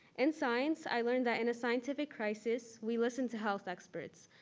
in science, i learned that in a scientific crisis, we listened to health experts.